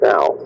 Now